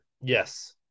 Yes